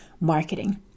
marketing